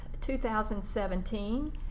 2017